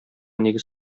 нигез